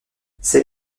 c’est